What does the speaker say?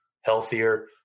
healthier